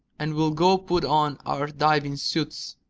and we'll go put on our diving suits.